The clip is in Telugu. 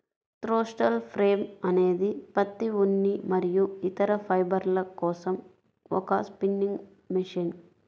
థ్రోస్టల్ ఫ్రేమ్ అనేది పత్తి, ఉన్ని మరియు ఇతర ఫైబర్ల కోసం ఒక స్పిన్నింగ్ మెషిన్